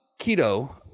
Keto